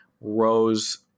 rose